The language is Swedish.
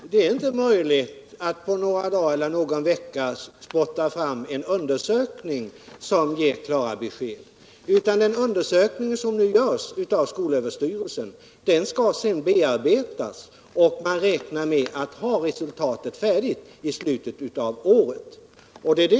Herr talman! Det är inte möjligt att på bara några dagar eller någon vecka spotta fram en undersökning som ger klara besked. Den undersökning som skolöverstyrelsen nu gör skall sedan bearbetas, och vi räknar med att ha resultatet färdigt i slutet av året.